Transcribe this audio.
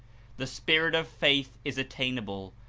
the spirit of faith is attainable,